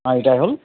মা ৰিটায়াৰ হ'ল